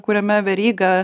kuriame veryga